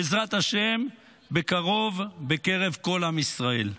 בעזרת השם, בקרוב בקרב כל עם ישראל.